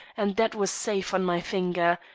and that was safe on my finger.